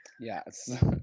Yes